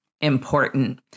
important